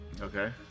okay